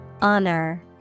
Honor